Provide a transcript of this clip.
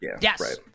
Yes